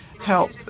help